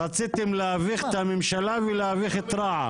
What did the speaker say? רציתם להביך את הממשלה ולהביך את רע"מ,